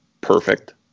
perfect